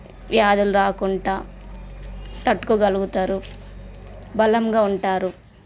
వ్యాధులు రాకుండా తట్టుకోగలుగుతారు బలంగా ఉంటారు